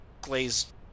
glaze